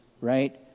right